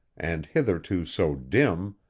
and hitherto so dim,